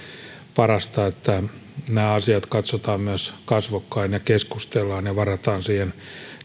parasta että nämä asiat katsotaan myös kasvokkain ja keskustellaan ja varataan siihen